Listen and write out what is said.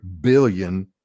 billion